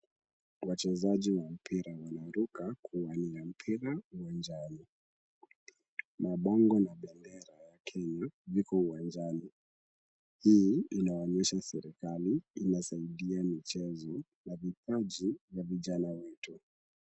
Wachezaji wa mpira wanaruka kuwania mpira uwanjani. Mabango na bendera ya Kenya viko uwanjani. Hii inaonyesha serikali inasaidia michezo na vipaji vya vijana wetu.